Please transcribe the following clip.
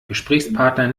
gesprächspartner